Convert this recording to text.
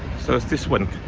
so it's this one,